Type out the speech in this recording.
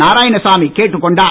நாராயணசாமி கேட்டுக் கொண்டார்